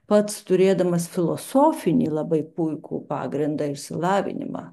pats turėdamas filosofinį labai puikų pagrindą išsilavinimą